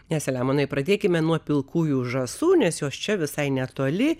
ne seliamonai pradėkime nuo pilkųjų žąsų nes jos čia visai netoli